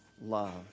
love